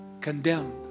condemned